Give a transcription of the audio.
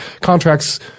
contracts